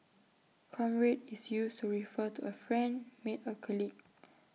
comrade is used to refer to A friend mate or colleague